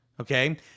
Okay